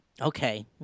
Okay